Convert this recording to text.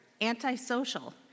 antisocial